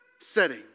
setting